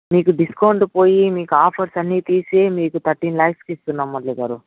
మీకు డిస్కౌంట్ పోయి మీకు ఆఫర్స్ అన్నీ తీసే మీకు థర్టీన్ ల్యాక్స్కిస్తున్నాం మురళి గారు